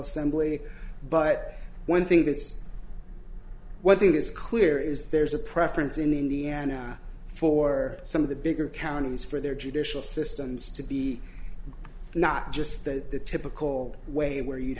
assembly but one think it's one thing is clear is there's a preference in indiana for some of the bigger counties for their judicial systems to be not just that the typical way where you